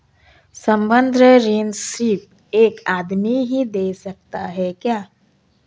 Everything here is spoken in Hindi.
संबंद्ध ऋण सिर्फ एक आदमी ही दे सकता है क्या?